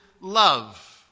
love